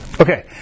Okay